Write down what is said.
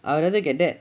I would rather get that